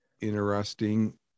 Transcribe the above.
interesting